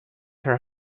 her